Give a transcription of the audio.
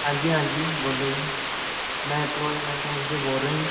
ਹਾਂਜੀ ਹਾਂਜੀ ਬੋਲੋ ਜੀ ਮੈਂ ਕਲੋਜ ਬੈਂਕ ਆਫਿਸ ਤੋਂ ਬੋਲ ਰਿਹਾ ਜੀ